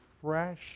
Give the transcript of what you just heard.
fresh